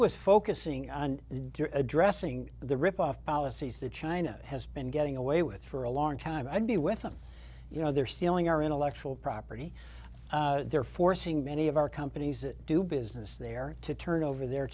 was focusing on addressing the ripoff policies that china has been getting away with for a long time and be with them you know they're stealing our intellectual property they're forcing many of our companies that do business there to turn over their